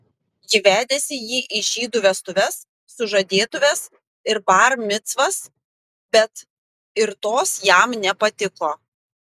ji vedėsi jį į žydų vestuves sužadėtuves ir bar micvas bet ir tos jam nepatiko